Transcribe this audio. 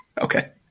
Okay